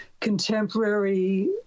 contemporary